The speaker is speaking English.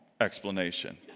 explanation